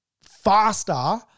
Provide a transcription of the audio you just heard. faster